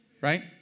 Right